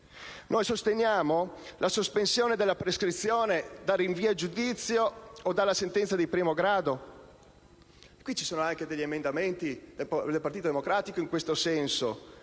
Noi sosteniamo la sospensione della prescrizione dal rinvio a giudizio o dalla sentenza di primo grado. Ci sono anche degli emendamenti del Partito Democratico in questo senso,